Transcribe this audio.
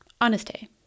honesty